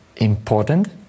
important